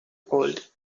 called